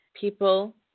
people